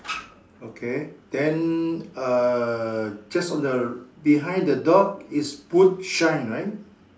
okay then uh just on the behind the dog is boot shine right